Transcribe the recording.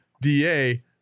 DA